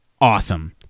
awesome